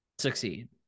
succeed